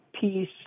peace